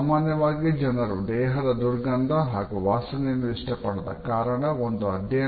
ಸಾಮಾನ್ಯವಾಗಿ ಜನರು ದೇಹದ ದುರ್ಗಂಧ ಹಾಗೂ ವಾಸನೆಯನ್ನು ಇಷ್ಟಪಡದ ಕಾರಣ ಕೃತಕವಾಗಿ ತಯಾರಿಸಲಾದ ಸುಗಂಧದ್ರವ್ಯಗಳ ಮೇಲೆ ಹೆಚ್ಚು ಹಣವನ್ನು ವ್ಯಯಿಸುತ್ತಾರೆ